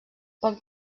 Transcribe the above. poc